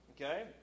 Okay